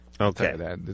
Okay